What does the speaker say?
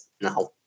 now